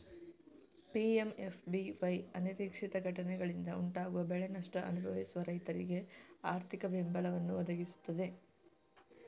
PMFBY ಅನಿರೀಕ್ಷಿತ ಘಟನೆಗಳಿಂದ ಉಂಟಾಗುವ ಬೆಳೆ ನಷ್ಟ ಅನುಭವಿಸುವ ರೈತರಿಗೆ ಆರ್ಥಿಕ ಬೆಂಬಲವನ್ನ ಒದಗಿಸ್ತದೆ